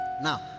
Now